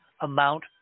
amount